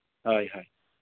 ᱦᱳᱭ ᱦᱳᱭ